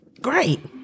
great